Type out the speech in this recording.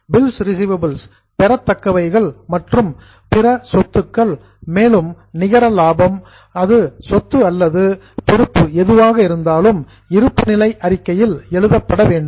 bills receivables பெறத்தக்கவைகள் மற்றும் பிற அசட்ஸ் சொத்துக்கள் மேலும் நெட் புரோஃபிட் நிகர லாபம் அது அசட் சொத்து அல்லது லியாபிலிடீ பொறுப்பு எதுவாக இருந்தாலும் பேலன்ஸ் ஷீட் இருப்பு நிலை அறிக்கையில் எழுதப்பட வேண்டும்